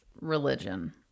religion